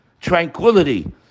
tranquility